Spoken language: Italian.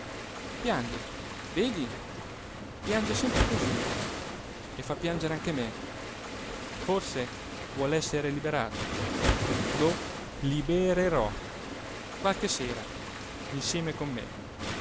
piange vedi piange sempre così e fa piangere anche me forse vuol essere liberato lo libererò qualche sera insieme con me